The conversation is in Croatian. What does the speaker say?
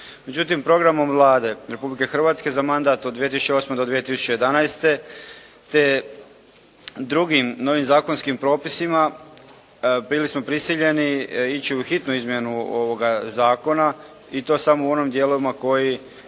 Međutim, programom Vlade, Republike Hrvatske za mandat od 2008. do 2011. te drugim novim zakonskim propisima bili smo prisiljeni ići u hitnu izmjenu ovoga zakona i to samo u onim dijelovima koji